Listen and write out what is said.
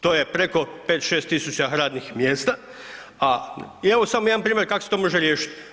To je preko 5-6.000 radnih mjesta, a evo samo jedan primjer kako se to može riješiti.